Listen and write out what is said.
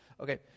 Okay